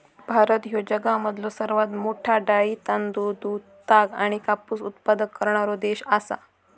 भारत ह्यो जगामधलो सर्वात मोठा डाळी, तांदूळ, दूध, ताग आणि कापूस उत्पादक करणारो देश आसा